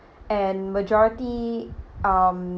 and majority um